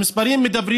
המספרים מדברים